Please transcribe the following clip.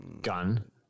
Gun